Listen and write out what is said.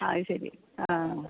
അതു ശരി